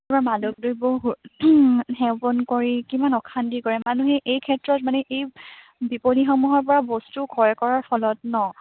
মাদকদ্ৰব্য় সু সেৱন কৰি কিমান অশান্তি কৰে মানুহে এই ক্ষেত্ৰত মানে এই বিপণীসমূহৰ পৰা বস্তু ক্ৰয় কৰাৰ ফলত নহ্